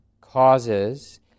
causes